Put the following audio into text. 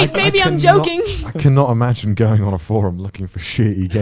like maybe i'm joking. i cannot imagine going on a forum looking for shitty